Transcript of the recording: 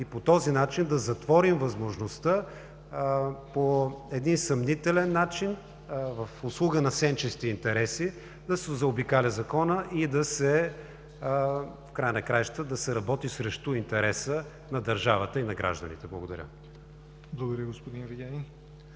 и по този начин да затворим възможността по един съмнителен начин, в услуга на сенчести интереси, да се заобикаля Законът и в края на краищата да се работи за интереса на държавата и на гражданите. Благодаря.